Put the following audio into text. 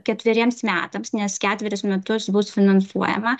ketveriems metams nes ketverius metus bus finansuojama